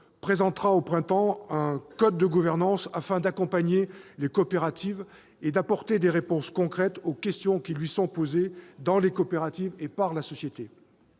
présentera au printemps un code de gouvernance, afin d'accompagner les coopératives et d'apporter des réponses concrètes aux questions qui sont posées dans les coopératives et par la société.